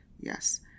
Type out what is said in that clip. Yes